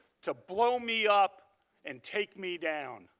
to blow me up and take me down.